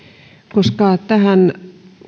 koska tähän